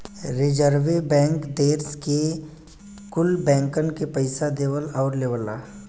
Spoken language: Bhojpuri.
रीजर्वे बैंक देस के कुल बैंकन के पइसा देवला आउर लेवला